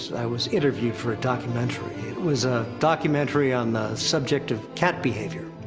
i was interviewed for a documentary. it was a documentary on the subject of cat behavior.